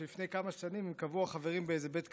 שלפני כמה שנים קבעו החברים באיזה בית קפה.